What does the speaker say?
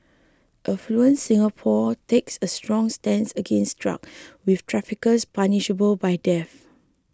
affluent Singapore takes a strong stance against drugs with traffickers punishable by death